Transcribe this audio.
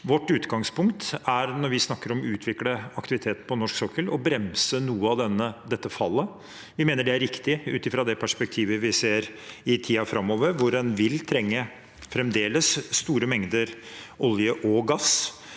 Vårt utgangspunkt når vi snakker om å utvikle aktiviteten på norsk sokkel, er å bremse noe av dette fallet. Vi mener det er riktig ut fra det perspektivet vi ser i tiden framover, hvor en fremdeles vil trenge store mengder olje og gass,